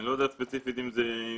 אני לא יודע ספציפית אם זה הגיע.